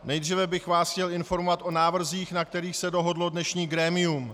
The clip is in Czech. Nejdříve bych vás chtěl informovat o návrzích, na kterých se dohodlo dnešní grémium.